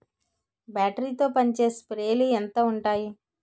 Battery తో పనిచేసే స్ప్రేలు ఎంత ఉంటాయి?